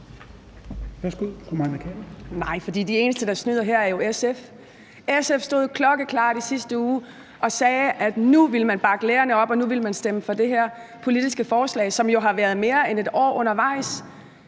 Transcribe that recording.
Nej, for de eneste, der snyder her, er jo SF. SF stod i sidste uge og sagde klokkeklart, at nu ville man bakke lærerne op og nu ville man stemme for det her politiske forslag, som jo har været mere end et år undervejs,